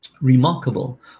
Remarkable